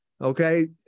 Okay